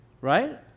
Right